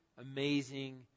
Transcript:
amazing